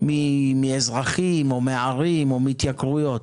מאזרחים או מערים או מהתייקרויות,